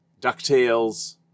DuckTales